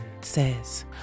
says